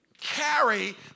carry